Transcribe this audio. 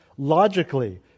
Logically